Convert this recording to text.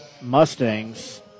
Mustangs